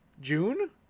June